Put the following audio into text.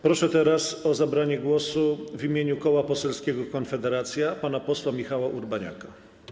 Proszę teraz o zabranie głosu w imieniu Koła Poselskiego Konfederacja pana posła Michała Urbaniaka.